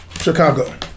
Chicago